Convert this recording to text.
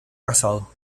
casado